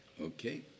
Okay